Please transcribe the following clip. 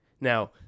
now